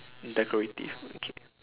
decorative okay